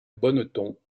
bonneton